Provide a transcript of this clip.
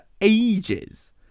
ages